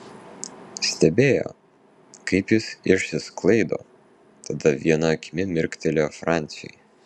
stebėjo kaip jis išsisklaido tada viena akimi mirktelėjo franciui